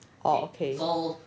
orh K